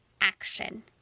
action